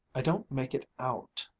i don't make it out.